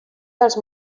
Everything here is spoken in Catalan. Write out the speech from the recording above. dels